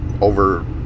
over